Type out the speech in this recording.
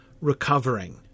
recovering